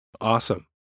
Awesome